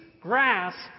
grass